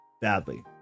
Badly